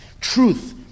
truth